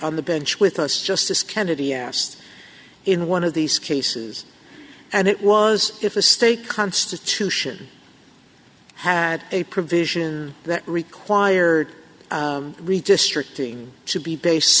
on the bench with us justice kennedy asked in one of these cases and it was if the state constitution had a provision that required redistricting to be based